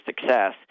success